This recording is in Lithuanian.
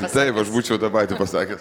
taip aš būčiau tą patį pasakęs